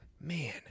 man